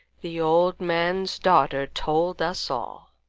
the old man's daughter told us all.